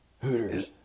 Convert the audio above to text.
Hooters